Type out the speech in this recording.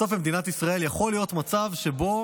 בסוף במדינת ישראל יכול להיות מצב שבו